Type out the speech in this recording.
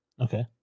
Okay